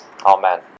amen